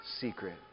secret